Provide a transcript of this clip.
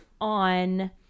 on